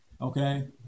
okay